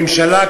ממשלה,